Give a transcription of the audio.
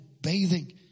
bathing